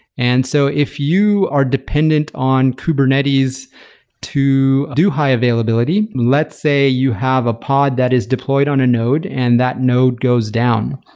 and so if you are dependent on kubernetes to do high-availability. let's say you have a pod that is deployed on a node and that node goes down.